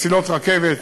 מסילות רכבת,